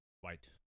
White